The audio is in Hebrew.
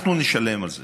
אנחנו נשלם על זה.